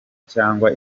cyangwa